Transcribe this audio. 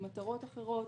עם מטרות אחרות,